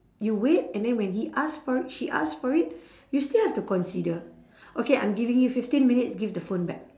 you wait and then when he ask for it she ask for it you still have to consider okay I'm giving you fifteen minutes give the phone back